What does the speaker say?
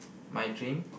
my dream